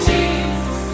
Jesus